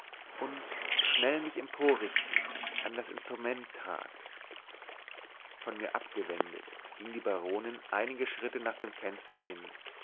und schnell mich emporrichtend an das instrument trat von mir abgewendet ging die baronin einige schritte nach dem fenster hin